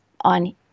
on